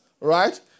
right